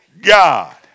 God